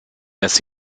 lässt